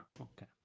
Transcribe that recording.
okay